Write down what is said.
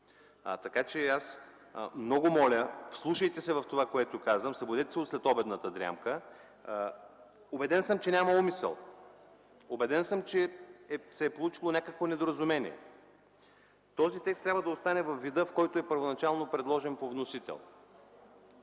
Аз много моля, вслушайте се в това, което казвам! Събудете се от следобедната дрямка! Убеден съм, че няма умисъл. Убеден съм, че се е получило някакво недоразумение. Този текст трябва да остане във вида, в който е първоначално предложен – по вносител.